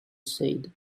said